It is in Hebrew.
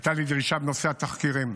הייתה לי דרישה בנושא התחקירים,